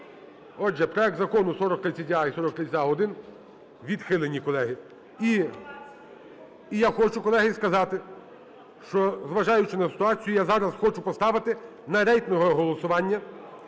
Отже, проект закону 4030а і 4030а-1 відхилені, колеги. І я хочу, колеги, сказати, що, зважаючи на ситуацію, я зараз хочу поставити на рейтингове голосування